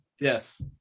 yes